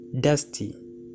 dusty